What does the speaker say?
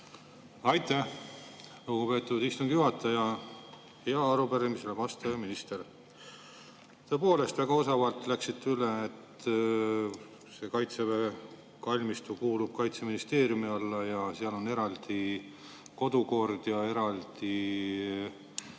Aitäh, lugupeetud istungi juhataja! Hea arupärimisele vastaja minister! Tõepoolest väga osavalt läksite [küsimusest] üle, öeldes, et Kaitseväe kalmistu kuulub Kaitseministeeriumi alla ja seal on eraldi kodukord ja eraldi